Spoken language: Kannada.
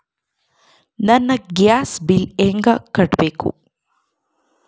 ನನ್ನ ಗ್ಯಾಸ್ ಬಿಲ್ಲು ಹೆಂಗ ಕಟ್ಟಬೇಕು?